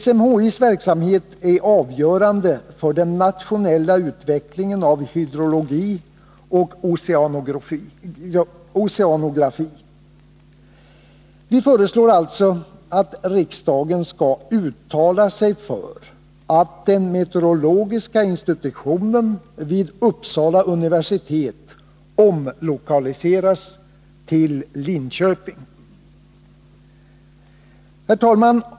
SMHI:s verksamhet är avgörande för den nationella utvecklingen av hydrologi och oceanografi. Vi föreslår därför att riksdagen skall uttala sig för att den meteorologiska institutionen vid Uppsala universitet omlokaliseras till Linköping. Herr talman!